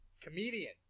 Comedian